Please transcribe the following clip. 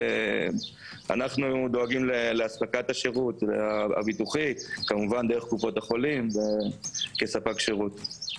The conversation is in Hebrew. אנו דואגים לאספקת השירות הביטוחי - כמובן דרך קופות החולים כספק שירות.